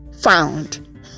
found